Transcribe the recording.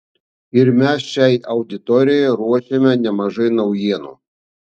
ir mes šiai auditorijai ruošiame nemažai naujienų